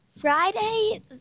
Friday